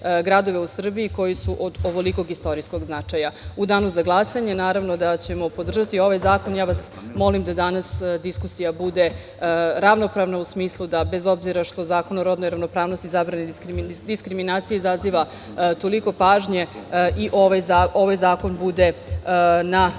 u Srbiji koji su od ovolikog istorijskog značaja.U danu za glasanje ćemo podržati ovaj zakon. Ja vas molim da danas diskusija bude ravnopravna, u smislu da, bez obzira što Zakon o rodnoj ravnopravnosti, zabrani diskriminacije izaziva toliko pažnje, i ovaj zakon bude na